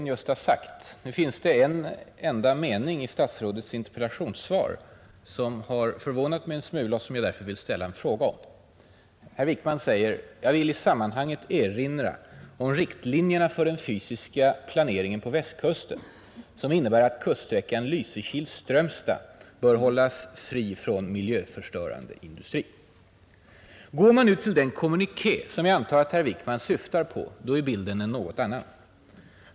”Jag vill i sammanhanget erinra om riktlinjerna för den fysiska planeringen på Västkusten, som innebär att kuststräckan Lysekil—Strömstad bör hållas fri från miljöstörande industri.” Går man till den kommunikén som jag antar att herr Wickman syftar på, är bilden en något annan.